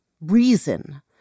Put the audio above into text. reason